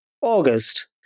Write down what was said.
August